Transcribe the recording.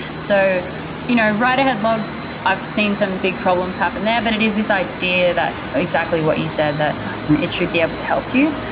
so you know write ahead logs, i've seen some big problems happened there, but it is this idea that exactly what you said, that it should be able to help you,